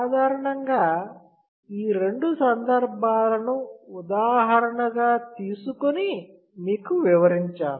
సాధారణంగా ఈ రెండు సందర్భాలను ఉదాహరణగా తీసుకొని మీకు వివరించాను